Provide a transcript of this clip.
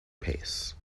pace